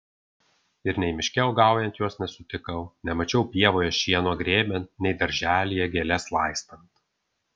ir nei miške uogaujant jos nesutikau nemačiau pievoje šieno grėbiant nei darželyje gėles laistant